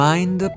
Mind